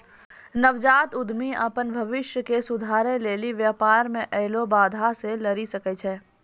नवजात उद्यमि अपन भविष्य के सुधारै लेली व्यापार मे ऐलो बाधा से लरी सकै छै